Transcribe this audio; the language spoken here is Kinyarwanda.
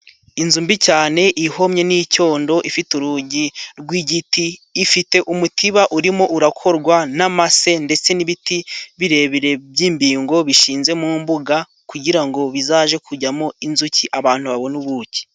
inzu mbi cyane ihomye n'icyondo ifite urugi rw'igiti, ifite umutiba urimo urakorwa n'amase ndetse n'ibiti birebire by'imbingo bishinze mu mbuga kugira ngo bizajye kujyamo inzuki abantu babona ubuki.